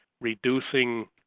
reducing